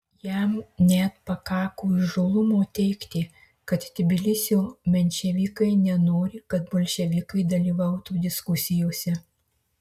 jam net pakako įžūlumo teigti kad tbilisio menševikai nenori kad bolševikai dalyvautų diskusijose